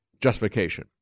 justification